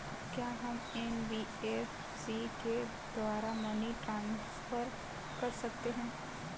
क्या हम एन.बी.एफ.सी के द्वारा मनी ट्रांसफर कर सकते हैं?